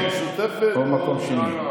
הרשימה המשותפת או, הוא מקום שני.